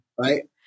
Right